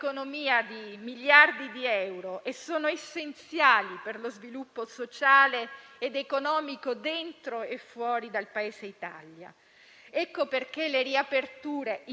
Ecco perché le riaperture in sicurezza non sono più rinviabili ed è possibile farlo con protocolli e misure anti Covid, ma dobbiamo